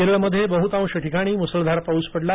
केरळमध्ये बहुतांश ठिकाणी मुसळधार पाऊस पडला